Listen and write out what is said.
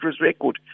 record